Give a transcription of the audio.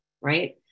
right